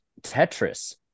tetris